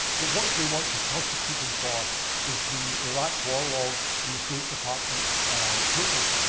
but what they want to prosecute him for is the iraq war logs and the state department cables.